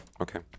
Okay